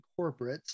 corporates